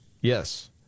Yes